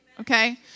okay